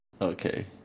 okay